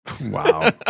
wow